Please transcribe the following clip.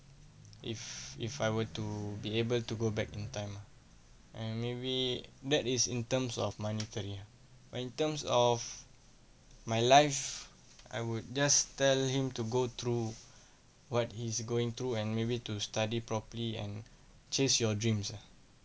if if I were to be able to go back in time and maybe that is in terms of monetary ah but in terms of my life I would just tell him to go through what is going through and maybe to study properly and chase your dreams ah